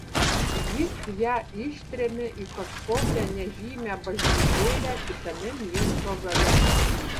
jis ją ištrėmė į kažkokią nežymią bažnytėlę kitame miesto gale